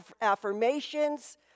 affirmations